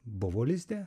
buvo lizde